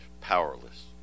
Powerless